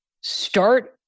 start